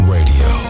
Radio